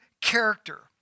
character